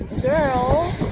girl